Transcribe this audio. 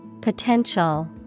potential